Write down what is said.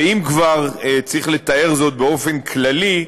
ואם כבר צריך לתאר זאת באופן כללי,